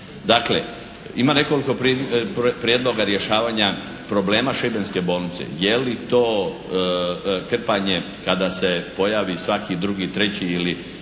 Dakle, ima nekoliko prijedloga rješavanja problema šibenske bolnice. Je li to krpanje kada se pojavi svaki drugi, treći ili